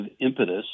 impetus